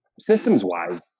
systems-wise